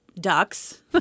ducks